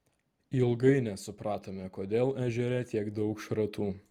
ilgai nesupratome kodėl ežere tiek daug šratų